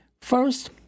First